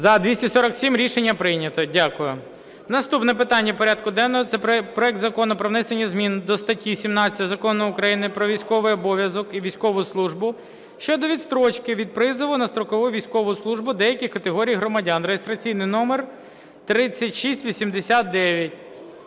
За-247 Рішення прийнято. Дякую. Наступне питання порядку денного – це проект Закону про внесення зміни до статті 17 Закону України "Про військовий обов'язок і військову службу" щодо відстрочки від призову на строкову військову службу деяких категорій громадян (реєстраційний номер 3689).